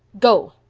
go,